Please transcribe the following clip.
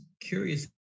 curious